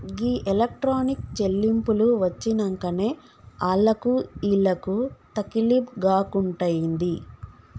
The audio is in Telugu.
గీ ఎలక్ట్రానిక్ చెల్లింపులు వచ్చినంకనే ఆళ్లకు ఈళ్లకు తకిలీబ్ గాకుంటయింది